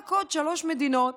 ורק עוד שלוש מדינות